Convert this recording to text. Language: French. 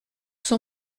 son